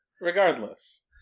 Regardless